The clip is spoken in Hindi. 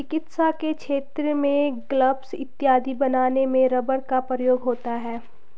चिकित्सा के क्षेत्र में ग्लब्स इत्यादि बनाने में रबर का प्रयोग होता है